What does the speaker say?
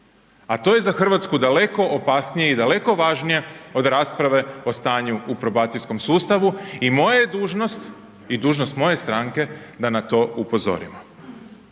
A to je za Hrvatsku daleko opasnije i daleko važnije od rasprave o stanju o probacijskom sustavu i moja je dužnost i dužnost moje strane da na to upozorimo.